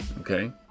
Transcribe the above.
okay